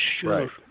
sure